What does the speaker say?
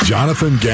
Jonathan